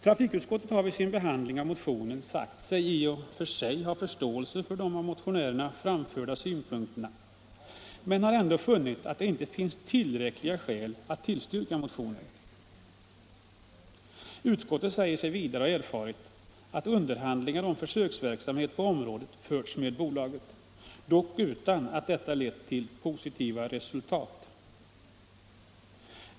Trafikutskottet har vid sin behandling av motionen sagt sig i och för sig ha förståelse för de av motionärerna framförda synpunkterna men har ändå funnit att det inte finns tillräckliga skäl att tillstyrka motionen. Utskottet säger sig vidare ha erfarit att underhandlingar om försöksverksamhet på området förts med bolaget, dock utan att detta lett till positiva resultat.